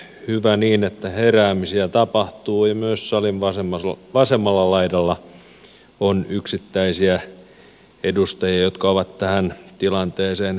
hyvä niin että heräämisiä tapahtuu ja myös salin vasemmalla laidalla on yksittäisiä edustajia jotka ovat tähän tilanteeseen heränneet